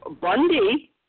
Bundy